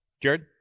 Jared